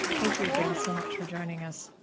thank you again so much for joining us.